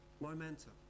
momentum